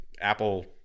Apple